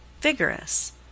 vigorous